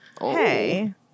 hey